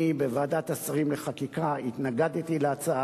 אני בוועדת השרים לחקיקה התנגדתי להצעה